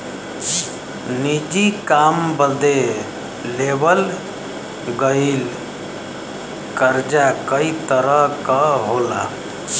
निजी काम बदे लेवल गयल कर्जा कई तरह क होला